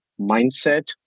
mindset